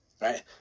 right